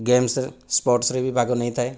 ଗେମ୍ସରେ ସ୍ପୋର୍ଟସରେ ବି ଭାଗ ନେଇଥାଏ